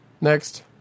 Next